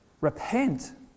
repent